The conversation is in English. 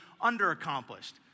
under-accomplished